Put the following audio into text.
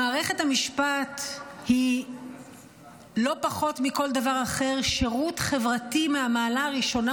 שמערכת המשפט היא לא פחות מכל דבר אחר שירות חברתי מהמעלה הראשונה,